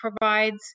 provides